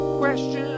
question